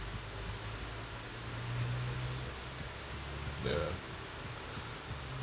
ya